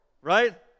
right